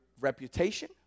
reputation